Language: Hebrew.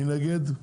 מי נגד?